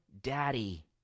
daddy